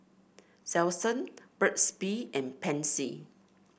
Selsun Burt's Bee and Pansy